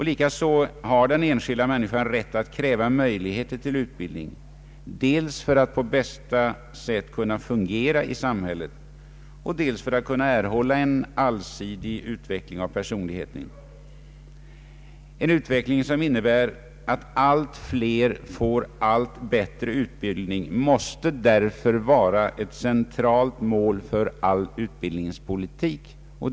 Likaså har den enskilda människan rätt att kräva möjligheter till utbildning dels för att på bästa sätt kunna fungera i samhället, dels för att kunna erhålla en allsidig utveckling av personligheten. En utveckling som innebär att allt fler får allt bättre utbildning måste därför vara ett centralt mål för all utbildningspolitik.